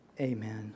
amen